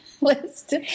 list